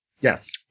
Yes